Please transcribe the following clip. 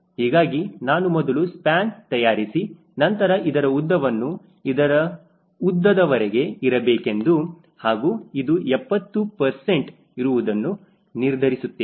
ಹೀಗಾಗಿ ನಾನು ಮೊದಲು ಸ್ಪ್ಯಾನ್ ತಯಾರಿಸಿ ನಂತರ ಇದರ ಉದ್ದವನ್ನು ಇದರ ಉದ್ದದವರೆಗೆ ಇರಬೇಕೆಂದು ಹಾಗೂ ಇದು 70 ಇರುವುದನ್ನು ನಿರ್ಧರಿಸುತ್ತೇನೆ